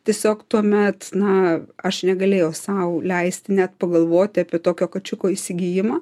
tiesiog tuomet na aš negalėjau sau leisti net pagalvoti apie tokio kačiuko įsigijimą